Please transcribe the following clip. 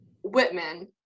whitman